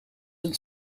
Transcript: een